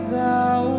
thou